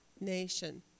nation